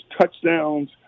touchdowns